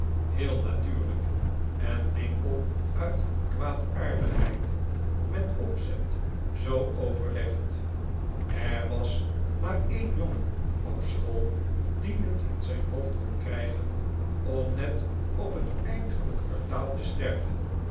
heel natuurlijk en enkel uit kwaadaardigheid met opzet zoo overlegd er was maar een jongen op school die het in zijn hoofd kon krijgen om net op het eind van het kwartaal te sterven